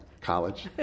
college